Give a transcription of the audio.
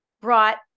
brought